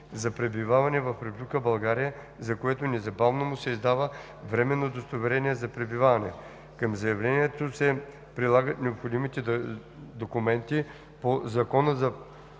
за пребиваване в Република България, за което незабавно му се издава временно удостоверение за пребиваване. Към заявлението се прилагат необходимите документи по Закона за